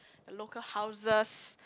the local houses